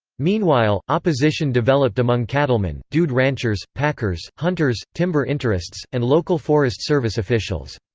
meanwhile, opposition developed among cattlemen, dude ranchers, packers, hunters, timber interests, and local forest service officials.